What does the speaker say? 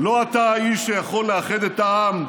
לא אתה האיש שיכול לאחד את העם,